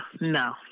No